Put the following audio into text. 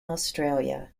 australia